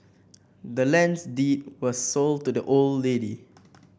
the land's deed was sold to the old lady